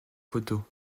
photos